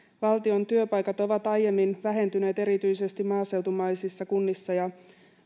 valtion työpaikat ovat aiemmin vähentyneet erityisesti maaseutumaisissa kunnissa ja